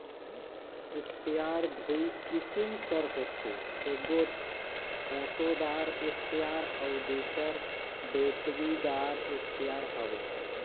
sprayer दूई किसिम कर होथे एगोट ओटेदार इस्परे अउ दूसर बेटरीदार इस्परे हवे